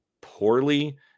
poorly